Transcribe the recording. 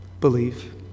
Believe